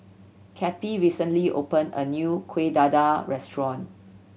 Cappie recently opened a new Kuih Dadar restaurant